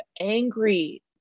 angry